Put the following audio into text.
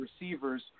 receivers